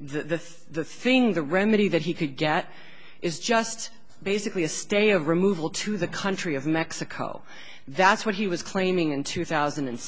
the the thing the remedy that he could get is just basically a stay of removal to the country of mexico that's what he was claiming in two thousand and